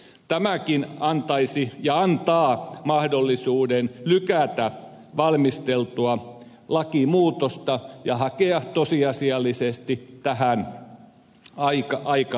tämäkin antaisi ja antaa mahdollisuuden lykätä valmisteltua lakimuutosta ja hakea tosiasiallisesti tähän aikalisää